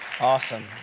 Awesome